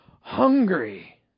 hungry